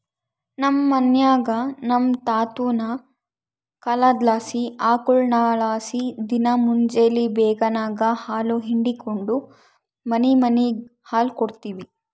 ನಮ್ ಮನ್ಯಾಗ ನಮ್ ತಾತುನ ಕಾಲದ್ಲಾಸಿ ಆಕುಳ್ಗುಳಲಾಸಿ ದಿನಾ ಮುಂಜೇಲಿ ಬೇಗೆನಾಗ ಹಾಲು ಹಿಂಡಿಕೆಂಡು ಮನಿಮನಿಗ್ ಹಾಲು ಕೊಡ್ತೀವಿ